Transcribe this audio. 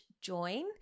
join